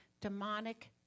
demonic